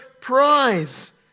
prize